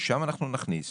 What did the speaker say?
לשם אנחנו נכניס